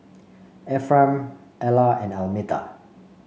Ephraim Ella and Almeta